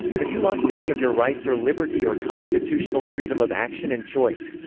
have you lost any of your rights or liberty or constitutional freedom of action and choice?